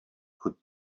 could